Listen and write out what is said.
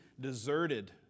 deserted